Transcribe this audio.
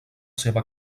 seva